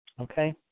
Okay